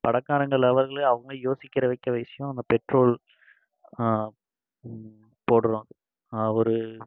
பணக்காரங்க லெவலு அவங்க யோசிக்கிற வைக்கிற விஷயோம் அந்த பெட்ரோல் போடுகிறோம் ஒரு